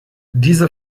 diese